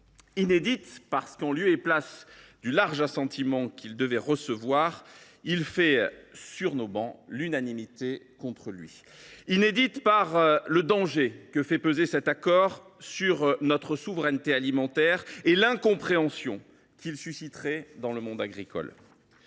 inédite, parce que, en lieu et place du large assentiment qu’il devrait recevoir, il fait sur nos travées l’unanimité contre lui. Elle est enfin inédite par le danger que fait peser cet accord sur notre souveraineté alimentaire et l’incompréhension qu’il susciterait dans le monde agricole.